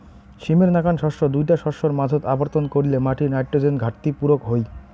সীমের নাকান শস্য দুইটা শস্যর মাঝোত আবর্তন কইরলে মাটির নাইট্রোজেন ঘাটতি পুরুক হই